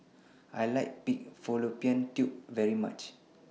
I like Pig Fallopian Tubes very much